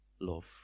love